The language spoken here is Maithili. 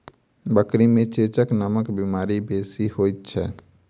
बकरी मे चेचक नामक बीमारी बेसी होइत छै